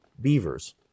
beavers